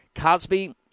Cosby